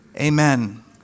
amen